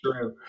true